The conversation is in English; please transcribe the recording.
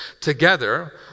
Together